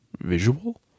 visual